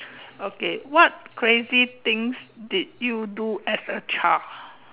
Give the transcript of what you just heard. okay what crazy things did you do as a child